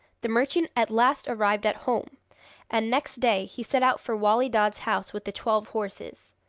the merchant at last arrived at home and next day, he set out for wali dad's house with the twelve horses.